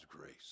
grace